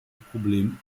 problem